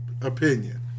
opinion